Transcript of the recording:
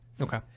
Okay